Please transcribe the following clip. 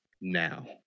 now